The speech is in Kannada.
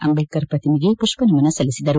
ಅಂಬೇಡ್ಕರ್ ಪ್ರತಿಮೆಗೆ ಪುಡ್ವನಮನ ಸಲ್ಲಿಸಿದರು